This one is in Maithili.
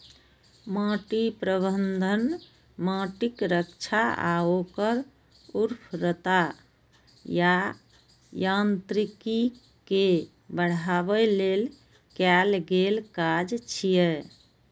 माटि प्रबंधन माटिक रक्षा आ ओकर उर्वरता आ यांत्रिकी कें बढ़ाबै लेल कैल गेल काज छियै